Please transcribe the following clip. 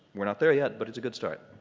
we're not there yet, but it's a good start.